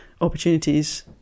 opportunities